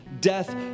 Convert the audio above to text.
death